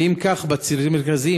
ואם כך בצירים המרכזיים,